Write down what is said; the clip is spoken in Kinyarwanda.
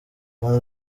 john